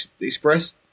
Express